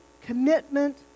commitment